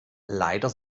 leider